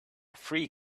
free